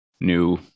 new